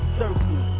circle